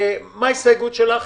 חברת הכנסת עטייה, מהי ההסתייגות שלך?